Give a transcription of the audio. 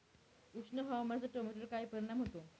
उष्ण हवामानाचा टोमॅटोवर काय परिणाम होतो?